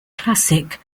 classic